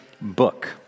book